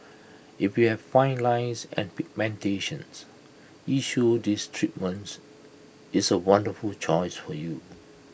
if you have fine lines or pigmentation issues this treatment is A wonderful choice for you